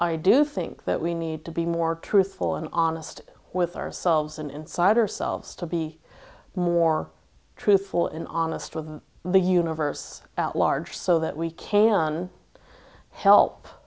i do think that we need to be more truthful and honest with ourselves an insider selves to be more truthful and honest with the universe at large so that we can help